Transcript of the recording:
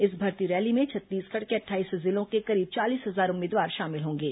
इस भर्ती रैली में छत्तीसगढ़ के अट्ठाईस जिलों के करीब चालीस हजार उम्मीदवार शामिल होंगे